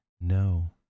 No